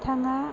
बिथाङा